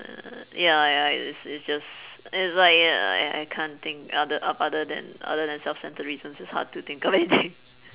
uh ya ya it's it's just it's like ya I can't think other up other than other than self-centred reasons it's hard to think of anything